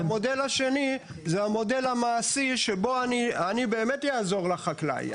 המודל השני זה המודל המעשי שבו אני באמת אעזור לחקלאי.